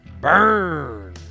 Burn